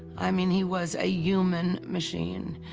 i mean, he was a human machine.